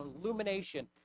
illumination